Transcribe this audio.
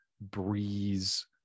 breeze